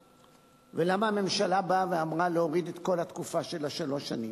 ולמה הממשלה אמרה להוריד את כל התקופה של שלוש השנים,